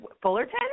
Fullerton